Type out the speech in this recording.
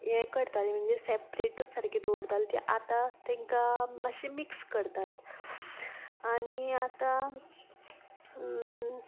हें करतालीं म्हणजे सेपेरेटूच सारकी दवरताली तीं आतां तांकां मातशी मिक्स करतात आनी आतां